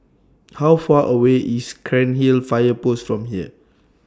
How Far away IS Cairnhill Fire Post from here